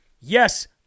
Yes